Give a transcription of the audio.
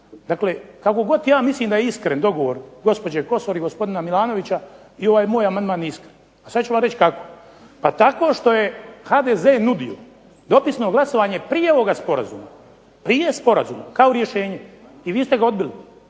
amandman, kako god ja mislim da je iskren dogovor gospođe Kosor i gospodina Milanovića i ovaj moj amandman je iskren. A sada ću vam reći kako. Pa tako što je HDZ nudio dopisno glasovanje prije ovoga sporazuma kao rješenje, i vi ste ga odbili.